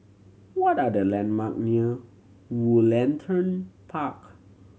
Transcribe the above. what are the landmark near Woollerton Park